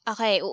Okay